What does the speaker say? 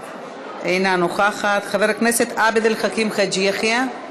אינה נוכחת, חבר הכנסת עבד אל חכים חאג' יחיא,